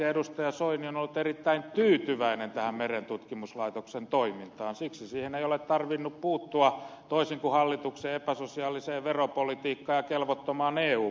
soini on ollut erittäin tyytyväinen merentutkimuslaitoksen toimintaan siksi siihen ei ole tarvinnut puuttua toisin kuin hallituksen epäsosiaaliseen veropolitiikkaan ja kelvottomaan eu politiikkaan